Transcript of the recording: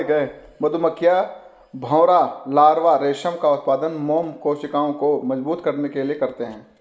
मधुमक्खियां, भौंरा लार्वा रेशम का उत्पादन मोम कोशिकाओं को मजबूत करने के लिए करते हैं